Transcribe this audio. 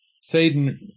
Satan